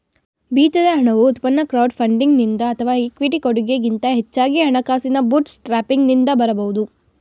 ಬೀಜದ ಹಣವು ಉತ್ಪನ್ನ ಕ್ರೌಡ್ ಫಂಡಿಂಗ್ನಿಂದ ಅಥವಾ ಇಕ್ವಿಟಿ ಕೊಡಗೆ ಗಿಂತ ಹೆಚ್ಚಾಗಿ ಹಣಕಾಸಿನ ಬೂಟ್ಸ್ಟ್ರ್ಯಾಪಿಂಗ್ನಿಂದ ಬರಬಹುದು